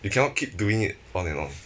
you cannot keep doing it on and on